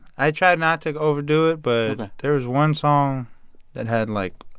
i try not to overdo it, but there is one song that had, like,